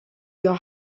your